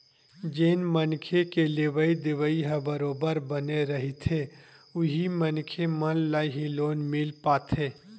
जउन मनखे के लेवइ देवइ ह बरोबर बने रहिथे उही मनखे मन ल ही लोन मिल पाथे